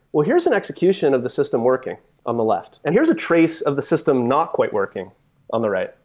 well, here's an execution of the system working on the left, and here's a trace of the system not quite working on the right.